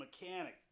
Mechanic